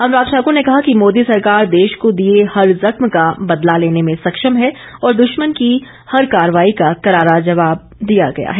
अनुराग ठाकुर ने कहा है कि मोदी सरकार देश को दिए हर जख्म का बदला लेने में सक्षम है और दुश्मन की हर कार्रवाई का करारा जवाब दिया गया है